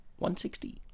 160